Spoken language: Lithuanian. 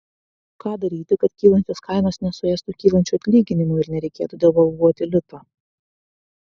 ką daryti kad kylančios kainos nesuėstų kylančių atlyginimų ir nereikėtų devalvuoti lito